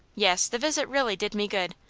yes the visit really did me good.